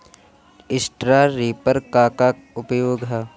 Straw reaper क का उपयोग ह?